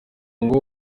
ngo